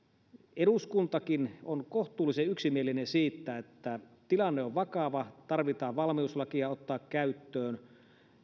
eduskuntakin on kohtuullisen yksimielinen siitä että tilanne on vakava valmiuslaki täytyy ottaa käyttöön